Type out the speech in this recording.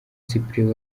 cyprien